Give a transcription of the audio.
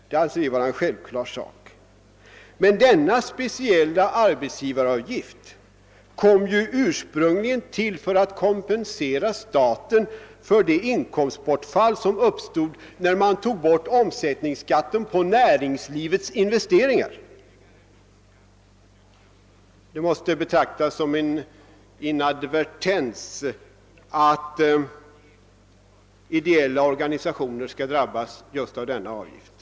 Det anser vi vara en självklar sak: Men denna speciella arbetsgivaravgift tillkom ju ursprunglingen för att kompensera staten för det inkomstbortfall som uppstod när omsättningsskatten på näringslivets investeringar borttogs. Det måste betraktas som en inadvertens att idella organisationer drabbas av denna avgift.